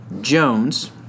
Jones